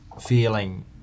feeling